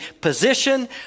position